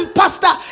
pastor